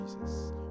Jesus